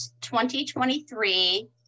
2023